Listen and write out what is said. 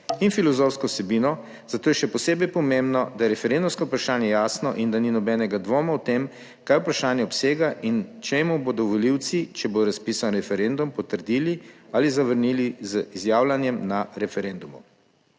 in filozofsko vsebino. Zato je še posebej pomembno, da je referendumsko vprašanje jasno in da ni nobenega dvoma o tem, kaj vprašanje obsega in čemu bodo volivci, če bo razpisan referendum, potrdili ali zavrnili z izjavljanjem na referendumu.